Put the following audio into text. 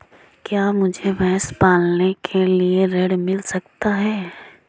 क्या मुझे भैंस पालने के लिए ऋण मिल सकता है?